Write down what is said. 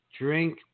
drink